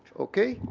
okay?